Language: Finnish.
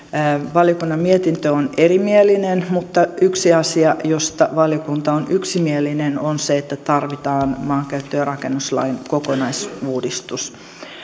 valiokunnan mietintö on erimielinen mutta yksi asia josta valiokunta on yksimielinen on se että tarvitaan maankäyttö ja rakennuslain kokonaisuudistus